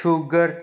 sugar